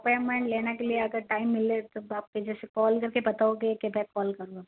appointment लेने के लिए अगर टाइम मिल लेते तो आपकी जैसे कॉल करके बताओगे की मैं कॉल करूँ आपको